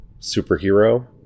superhero